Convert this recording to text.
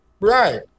Right